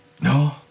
No